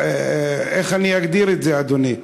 איך אני אגדיר את זה, אדוני,